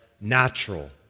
natural